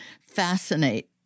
fascinate